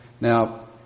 Now